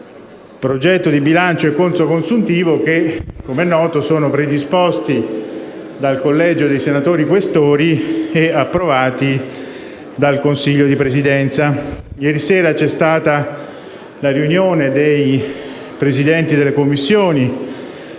Progetto di bilancio e conto consuntivo che, com'è noto, sono predisposti dal Collegio dei senatori Questori e approvati dal Consiglio di Presidenza. Ieri sera c'è stata la riunione dei Presidenti delle Commissioni